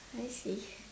I see